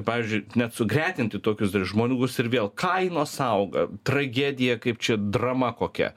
pavyzdžiui net sugretinti tokius dar žmonių bus ir vėl kainos auga tragedija kaip čia drama kokia